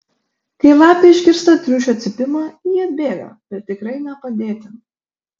kai lapė išgirsta triušio cypimą ji atbėga bet tikrai ne padėti